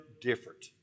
different